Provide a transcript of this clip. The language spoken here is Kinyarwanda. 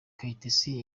kayitesi